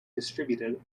distributed